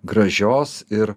gražios ir